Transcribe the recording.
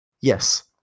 Yes